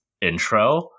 intro